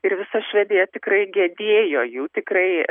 ir visa švedija tikrai gedėjo jų tikrai